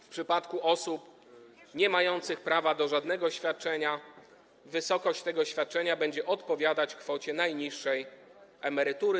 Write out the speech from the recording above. W przypadku osób niemających prawa do żadnego świadczenia wysokość tego świadczenia będzie odpowiadać kwocie najniższej emerytury.